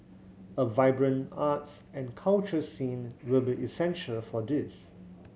a vibrant arts and culture scene will be essential for this